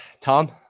tom